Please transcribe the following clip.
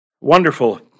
wonderful